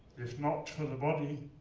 if not for the body,